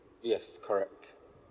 yes correct